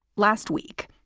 last week,